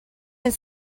nel